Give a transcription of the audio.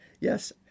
Yes